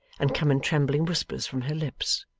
and come in trembling whispers from her lips.